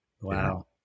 Wow